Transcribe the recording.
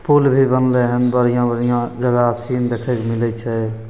पुल भी बनलै हँ बढ़िआँ बढ़िआँ जगह सीन देखैके मिलै छै